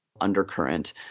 undercurrent